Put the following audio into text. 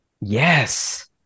yes